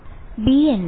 വിദ്യാർത്ഥി ഇല്ല